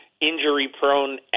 injury-prone